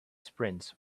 sprints